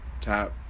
tap